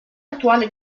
attuale